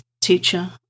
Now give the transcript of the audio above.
teacher